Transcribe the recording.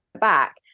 back